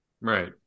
right